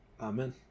Amen